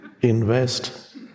invest